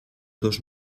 dos